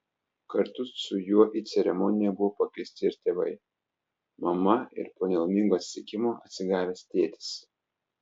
kartu su juo į ceremoniją buvo pakviesti ir tėvai mama ir po nelaimingo atsitikimo atsigavęs tėtis